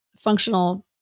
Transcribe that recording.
functional